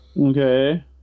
Okay